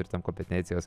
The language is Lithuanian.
ir tam kompetencijos